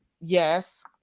yes